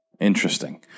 Interesting